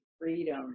freedom